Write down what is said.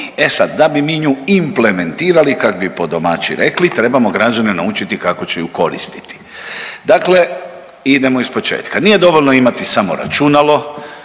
E sad da bi mi nju implementirali kak bi po domaći rekli trebamo građane naučiti kako će ju koristiti. Dakle, idemo ispočetka. Nije dovoljno imati samo računalo